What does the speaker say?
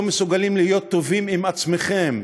לא מסוגלים להיות טובים עם עצמכם,